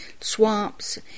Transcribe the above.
swamps